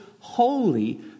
holy